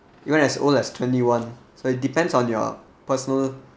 you want as old as twenty one so it depends on your personal